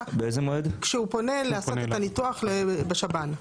כשהוא פונה לעשות את הניתוח בשב"ן.